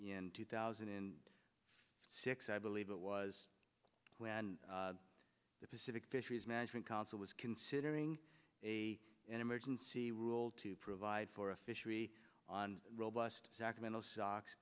in two thousand and six i believe it was when the pacific fisheries management council was considering a emergency rule to provide for a fishery on robust sacramento socks